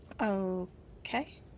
okay